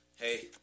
Hey